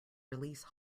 release